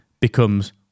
becomes